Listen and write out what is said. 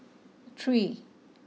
three